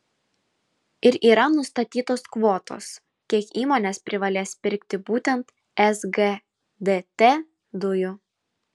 ir yra nustatytos kvotos kiek įmonės privalės pirkti būtent sgdt dujų